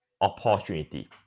opportunity